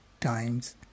times